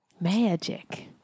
Magic